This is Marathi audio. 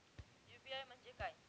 यू.पी.आय म्हणजे काय?